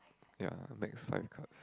ya max five cards